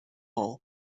all